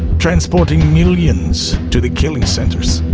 transporting millions to the killing centers.